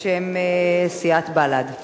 בשם סיעת בל"ד.